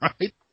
Right